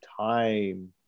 time